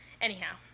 Anyhow